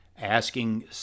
asking